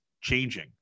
changing